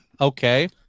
Okay